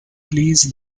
please